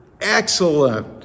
excellent